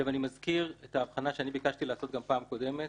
אני מזכיר את ההבחנה שביקשתי לעשות גם בפעם הקודמת